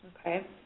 okay